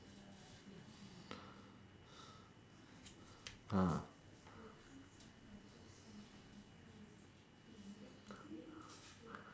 ah